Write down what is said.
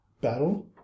battle